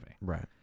Right